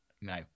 no